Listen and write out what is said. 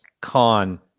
con